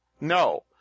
no